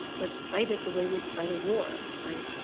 let's fight it the way we'd fight a war, right?